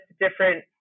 different